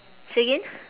say again